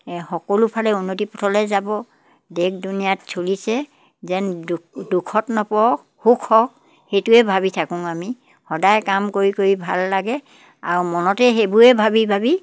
সকলোফালে উন্নতি পথলৈ যাব দেশ দুুনীয়াত চলিছে যেন দু দুখত নপৰক সুখ হওক সেইটোৱে ভাবি থাকোঁ আমি সদায় কাম কৰি কৰি ভাল লাগে আৰু মনতে সেইবোৰে ভাবি ভাবি